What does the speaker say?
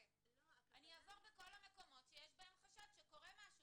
אני אעבור בכל המקומות שיש חשד שקורה בהם משהו.